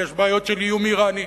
ויש בעיות של איום אירני,